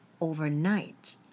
overnight